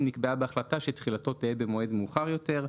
נקבעה בהחלטה שתחילתו תהיה במועד מאוחר יותר.